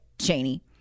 Cheney